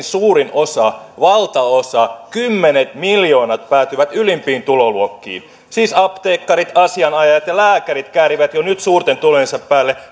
suurin osa valtaosa kymmenet miljoonat päätyvät ylimpiin tuloluokkiin siis apteekkarit asianajajat ja lääkärit käärivät jo nyt suurten tulojensa päälle